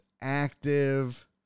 active